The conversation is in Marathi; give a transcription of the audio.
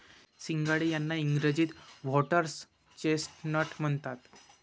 सिंघाडे यांना इंग्रजीत व्होटर्स चेस्टनट म्हणतात